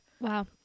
Wow